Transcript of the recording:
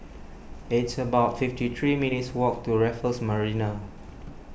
it's about fifty three minutes' walk to Raffles Marina